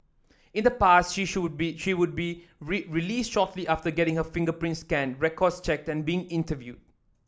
in the past she should be she would be released shortly after getting her fingerprints scanned records checked and being interviewed